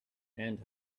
and